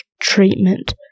treatment